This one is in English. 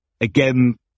again